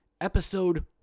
episode